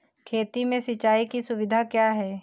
खेती में सिंचाई की सुविधा क्या है?